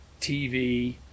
TV